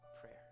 prayer